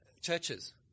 Churches